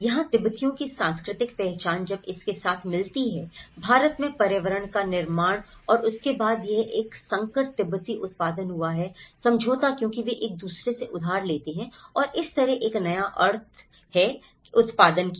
यहाँ तिब्बतियों की सांस्कृतिक पहचान जब इसके साथ मिलती है भारत में पर्यावरण का निर्माण और उसके बाद यह एक संकर तिब्बती उत्पादन हुआ है समझौता क्योंकि वे एक दूसरे से उधार लेते हैं और इस तरह एक नया अर्थ है का उत्पादन किया